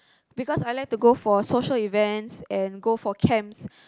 because I like to go for social events and go for camps